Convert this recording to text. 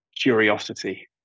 curiosity